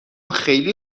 خیلی